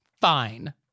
fine